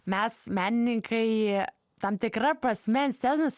mes menininkai tam tikra prasme ant scenos